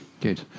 Good